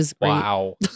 Wow